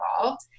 involved